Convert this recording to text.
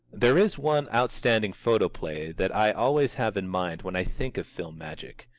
there is one outstanding photoplay that i always have in mind when i think of film magic.